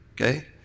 Okay